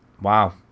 Wow